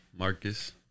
Marcus